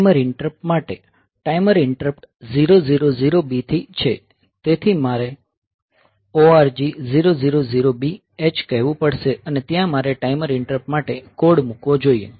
timer interrupt માટે timer interrupt 000B થી છે તેથી મારે ORG 000B H કહેવું પડશે અને ત્યાં મારે ટાઈમર ઈન્ટરપ્ટ માટે કોડ મૂકવો જોઈએ